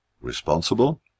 responsible